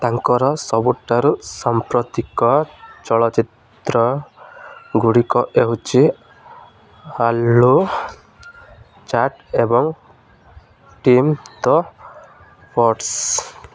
ତାଙ୍କର ସବୁଠାରୁ ସାମ୍ପ୍ରତିକ ଚଳଚ୍ଚିତ୍ର ଗୁଡ଼ିକ ହେଉଛି ଆଲୁ ଚାଟ୍ ଏବଂ ଟିମ୍ ଦ ଫୋର୍ସ